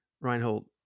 Reinhold